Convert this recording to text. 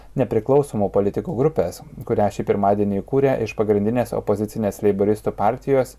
nepriklausomų politikų grupės kurią šį pirmadienį įkūrė iš pagrindinės opozicinės leiboristų partijos